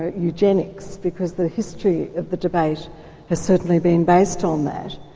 eugenics, because the history of the debate has certainly been based on that.